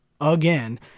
again